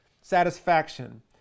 satisfaction